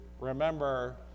remember